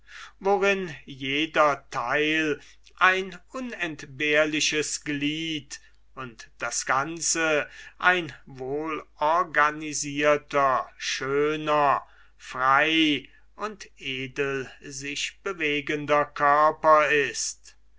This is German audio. worin jeder teil ein unentbehrliches glied und das ganze ein wohlorganisierter schöner frei und edel sich bewegender körper ist